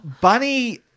Bunny